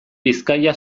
bizkaia